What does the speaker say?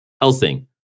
Helsing